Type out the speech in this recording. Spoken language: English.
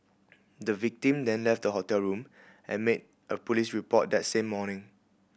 the victim then left the hotel room and made a police report that same morning